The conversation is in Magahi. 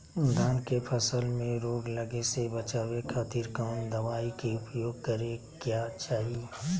धान के फसल मैं रोग लगे से बचावे खातिर कौन दवाई के उपयोग करें क्या चाहि?